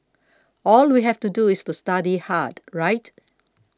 all we have to do is to study hard right